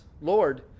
Lord